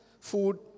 Food